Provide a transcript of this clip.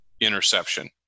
interception